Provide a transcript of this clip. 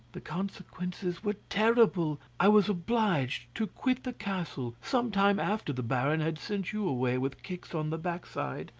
the consequences were terrible. i was obliged to quit the castle some time after the baron had sent you away with kicks on the backside.